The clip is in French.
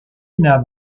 nab